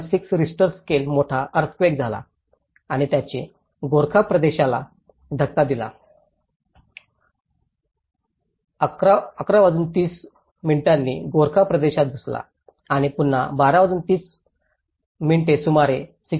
6 Richter scale मोठा earthquake झाला आणि त्याने गोरखा प्रदेशाला धडक दिली आणि 1130 वाजता गोरखा प्रदेशात घुसला आणि पुन्हा 1230 वाजता सुमारे 6